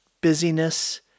busyness